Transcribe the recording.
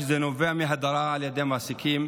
שנובעת מהדרה על ידי מעסיקים,